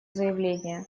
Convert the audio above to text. заявление